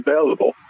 available